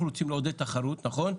אנחנו רוצים לעודד תחרות, נכון?